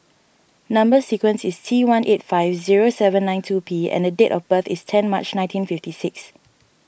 Number Sequence is T one eight five zero seven nine two P and the date of birth is ten March nineteen fifty six